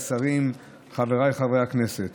חבר הכנסת